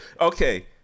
Okay